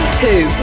two